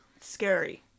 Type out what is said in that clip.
scary